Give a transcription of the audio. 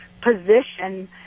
position